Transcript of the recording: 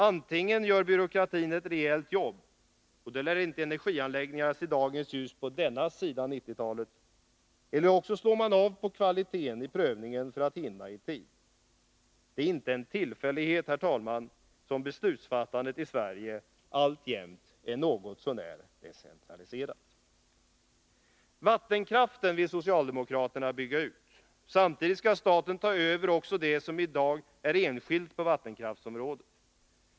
Antingen gör byråkratin ett rejält jobb — och då lär inte energianläggningarna se dagens ljus på denna sidan 1990-talet — eller också slår man av på kvaliteten i prövningen för att hinna i tid. Det är inte av en tillfällighet, herr talman, som beslutsfattandet i Sverige alltjämt är något så när decentraliserat. Vattenkraften vill socialdemokraterna bygga ut. Samtidigt skall staten ta över också det som i dag är enskilt på vattenkraftsområdet.